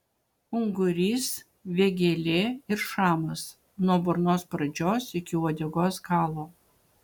ungurys vėgėlė ir šamas nuo burnos pradžios iki uodegos galo